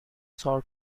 sort